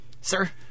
sir